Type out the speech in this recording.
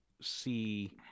see